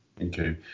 Okay